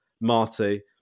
Marty